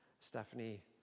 Stephanie